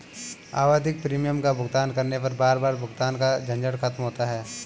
आवधिक प्रीमियम का भुगतान करने पर बार बार भुगतान का झंझट खत्म होता है